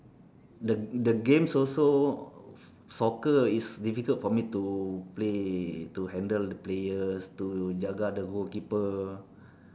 the the games also soccer is difficult for me to play to handle the players to jaga the goalkeeper